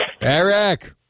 Eric